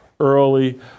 early